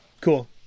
Cool